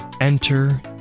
enter